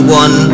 one